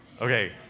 okay